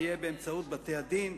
תהיה באמצעות בתי-הדין,